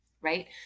right